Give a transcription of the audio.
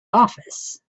office